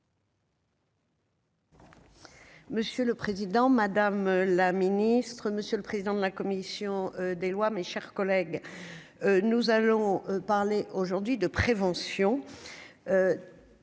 Monsieur le Président, Madame la Ministre, Monsieur le président de la commission des lois, mes chers collègues, nous allons parler aujourd'hui de prévention.